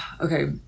okay